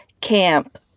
camp